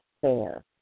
fair